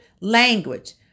language